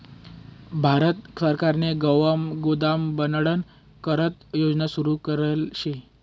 भारत सरकारने गावमा गोदाम बनाडाना करता योजना सुरू करेल शे